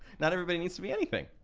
not everybody needs to be anything.